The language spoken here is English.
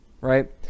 Right